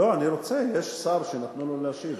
לא, אני רוצה, יש שר שנתנו לו להשיב.